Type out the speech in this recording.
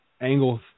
Angle